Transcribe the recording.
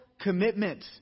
commitment